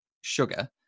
sugar